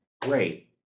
great